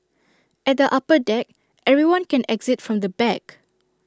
at the upper deck everyone can exit from the back